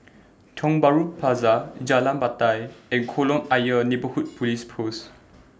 Tiong Bahru Plaza Jalan Batai and Kolam Ayer Neighbourhood Police Post